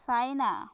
China